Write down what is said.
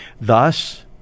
Thus